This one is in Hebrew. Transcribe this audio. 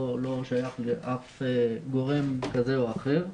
אני לא שייך לאף גורם כזה או אחר.